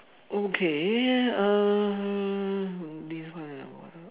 okay um this one ah